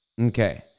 Okay